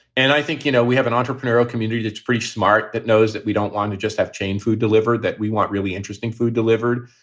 and i think, you know, we have an entrepreneurial community that's pretty smart, that knows that we don't want to just have chain food delivered, that we want really interesting food delivered.